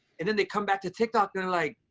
and then they come back to tiktok. they're like,